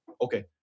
Okay